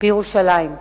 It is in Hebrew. בירושלים.